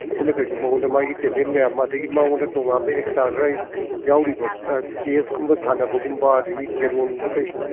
ꯑꯗꯨꯅ ꯀꯔꯤꯁꯨ ꯃꯉꯣꯟꯗ ꯃꯥꯒꯤ ꯇꯦꯂꯦꯟ ꯃꯌꯥꯝ ꯑꯃ ꯑꯗꯨꯗꯒꯤ ꯃꯉꯣꯅꯗ ꯇꯣꯉꯥꯟꯕ ꯑꯦꯛꯁ꯭ꯔꯥ ꯈꯔ ꯌꯥꯎꯔꯤꯕ ꯑ ꯆꯦꯁꯀꯨꯝꯕ ꯁꯥꯟꯅꯕꯒꯨꯝꯕ ꯑꯗꯨꯗꯒꯤ ꯀꯦꯔꯣꯝꯒꯨꯝꯕ ꯀꯔꯤꯒꯨꯝꯕ